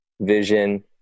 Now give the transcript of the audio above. Vision